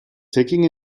taking